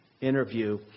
interview